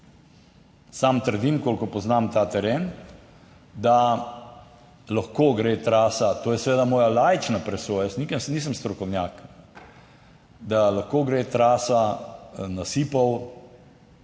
Sam trdim, kolikor poznam ta teren, da lahko gre trasa, to je seveda moja laična presoja, jaz nisem, jaz nisem strokovnjak, da lahko gre trasa nasipov